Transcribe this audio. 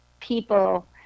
people